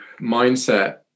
mindset